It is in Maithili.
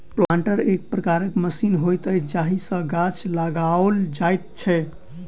प्लांटर एक प्रकारक मशीन होइत अछि जाहि सॅ गाछ लगाओल जाइत छै